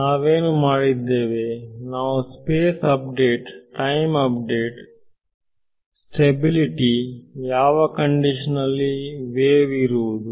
ನಾವೇನು ಮಾಡಿದ್ದೇವೆ ನಾವು space update time update stability ಯಾವ ಕಂಡೀಶನ್ ನಲ್ಲಿ ವೇವ್ ಇರುವುದು